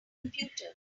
computer